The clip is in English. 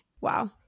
Wow